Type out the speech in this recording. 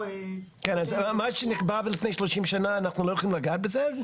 אבל מה שנקבע לפני 30 שנה לא יכולים לגעת בזה?